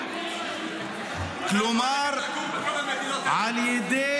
כלומר על ידי